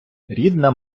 рідна